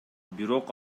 бирок